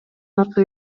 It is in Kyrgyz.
аркы